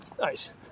Nice